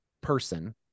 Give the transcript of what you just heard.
person